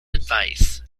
advice